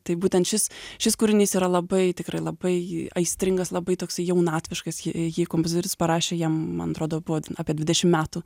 tai būtent šis šis kūrinys yra labai tikrai labai aistringas labai toksai jaunatviškas jį jį kompozitorius parašė jam man atrodo buvo apie dvidešim metų